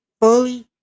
fully